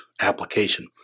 application